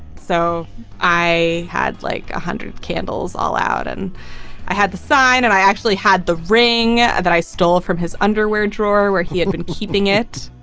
so i had like one hundred candles all out and i had the. fine. and i actually had the ring that i stole from his underwear drawer where he had been keeping it.